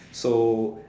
so